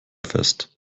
fest